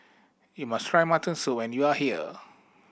you must try mutton soup when you are here